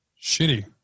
shitty